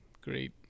Great